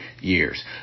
years